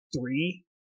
three